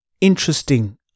interesting